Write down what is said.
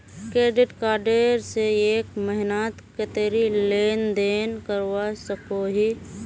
Credit card से एक महीनात कतेरी लेन देन करवा सकोहो ही?